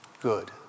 good